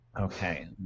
Okay